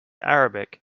arabic